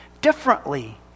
differently